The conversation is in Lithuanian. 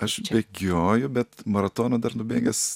aš bėgioju bet maratono dar nubėgęs